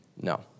No